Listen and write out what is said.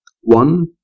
One